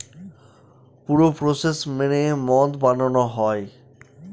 পুরো প্রসেস মেনে মদ বানানো হয়